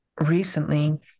recently